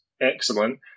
excellent